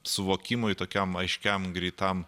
suvokimui tokiam aiškiam greitam